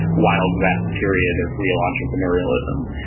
wild west period of real entrepreneurialism.